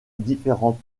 différents